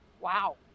Wow